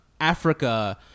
Africa